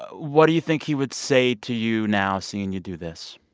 what do you think he would say to you now seeing you do this?